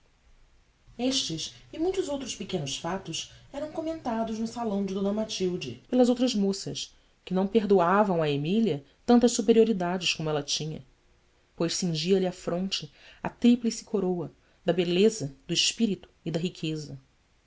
estes e muitos outros pequenos fatos eram comentados no salão de d matilde pelas outras moças que não perdoavam a emília tantas superioridades como ela tinha pois cingia-lhe a fronte a tríplice coroa da beleza do espírito e da riqueza